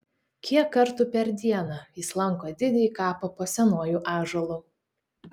kiek kartų per dieną jis lanko didįjį kapą po senuoju ąžuolu